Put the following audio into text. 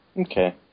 Okay